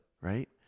right